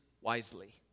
wisely